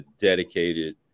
dedicated